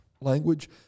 language